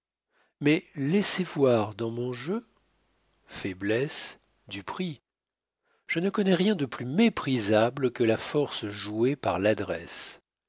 mais laisser voir dans mon jeu faiblesse duperie je ne connais rien de plus méprisable que la force jouée par l'adresse